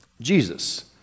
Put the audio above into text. Jesus